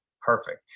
perfect